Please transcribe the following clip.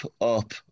up